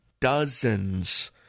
dozens